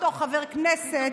ובעיקר אותו חבר כנסת,